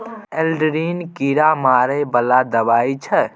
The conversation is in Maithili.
एल्ड्रिन कीरा मारै बला दवाई छै